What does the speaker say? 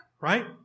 right